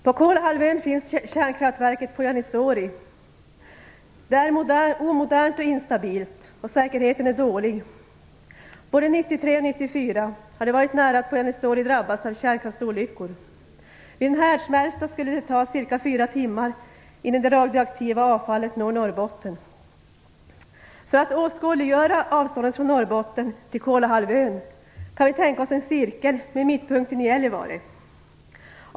På Kolahalvön finns kärnkraftverket Polyarny Zory. Det är omodernt och instabilt. Säkerheten är dålig. Både 1993 och 1994 har det varit nära att Polyarny Zory drabbats av kärnkraftsolyckor. Vid en härdsmälta skulle det ta cirka fyra timmar innan det radioaktiva avfallet når Norrbotten. För att åskådliggöra avståndet från Norrbotten till Kolahalvön kan vi tänka oss en cirkel med mittpunkten i Gällivare.